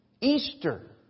Easter